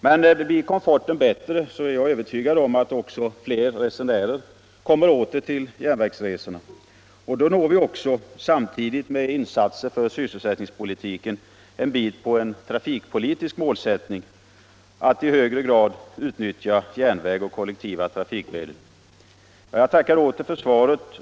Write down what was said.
Men blir komforten bättre är jag övertygad om att resenärerna kommer åter till järnvägen. Samtidigt som man här gör insatser för sysselsättningspolitiken kan man allså uppnå en del av en trafikpolitisk målsättning, nämligen att få människor att i högre grad utnyttja järnväg och kollektiva trafikmedel. Jag tackar åter för svaret.